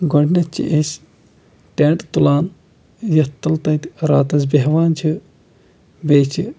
گۄڈنٮ۪تھ چھِ أسۍ ٹٮ۪نٛٹ تُلان یَتھ تَل تَتہِ راتَس بیٚہوان چھِ بیٚیہِ چھِ